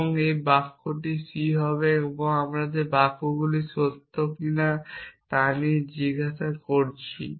এবং এই বাক্যটি c হবে এবং আমরা এই বাক্যগুলি সত্য কি না তা দিয়ে জিজ্ঞাসা করছি